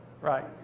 Right